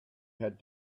had